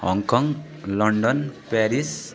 Hong Kong London Paris